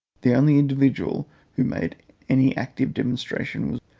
the only individual who made any active demonstration was